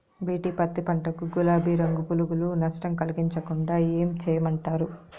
BT పత్తి పంట కు, గులాబీ రంగు పులుగులు నష్టం కలిగించకుండా ఏం చేయమంటారు?